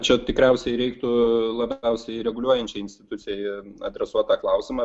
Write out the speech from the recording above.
čia tikriausiai reiktų labiausiai reguliuojančiai institucijai adresuot tą klausimą